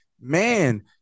man